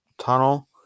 tunnel